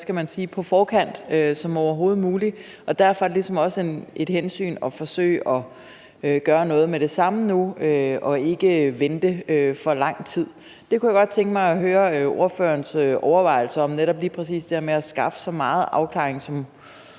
på forkant som overhovedet muligt, og at det derfor ligesom også er et hensyn at forsøge at gøre noget med det samme nu og ikke vente for lang tid. Der kunne jeg godt tænke mig at høre ordførerens overvejelser om netop lige præcis det her med at skaffe så meget afklaring som